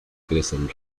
crecen